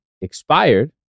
expired